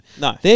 No